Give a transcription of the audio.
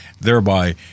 thereby